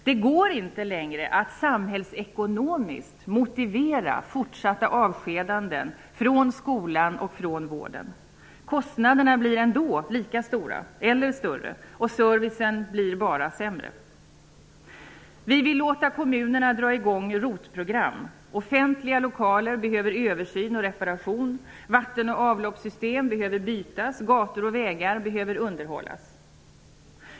Det går inte längre att samhällsekonomiskt motivera fortsatta avskedanden från skolan och från vården. Kostnaderna kommer ändock att bli lika stora eller t.o.m. större. Servicen blir bara sämre. Vi vill låta kommunerna dra i gång ROT-program. Offentliga lokaler behöver översyn och reparation. Vatten och avloppssystem behöver bytas. Gator och vägar behöver underhållas.